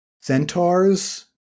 centaurs